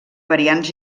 variants